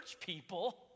people